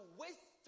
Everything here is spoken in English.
waste